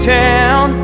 town